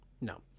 No